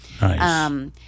Nice